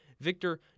Victor